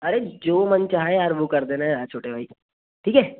अरे जो मन चाहे यार वो कर देना यार छोटे भाई ठीक है